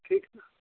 ठीक है ना